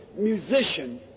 musician